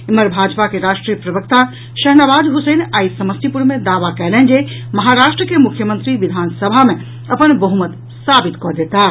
एम्हर भाजपा के राष्ट्रीय प्रवक्ता शहनवाज हुसैन आई समस्तीपुर मे दावा कयलनि जे महाराष्ट्र के मुख्यमंत्री विधानसभा मे अपन बहुमत साबित कऽ देताह